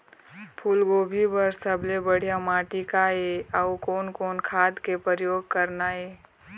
फूलगोभी बर सबले बढ़िया माटी का ये? अउ कोन कोन खाद के प्रयोग करना ये?